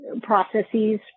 processes